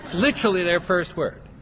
literally their first word.